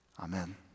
Amen